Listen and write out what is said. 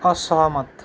असहमत